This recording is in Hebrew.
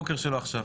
בבקשה.